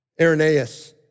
Irenaeus